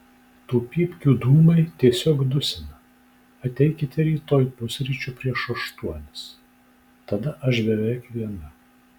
tų pypkių dūmai tiesiog dusina ateikite rytoj pusryčių prieš aštuonias tada aš beveik viena